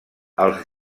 els